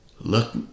look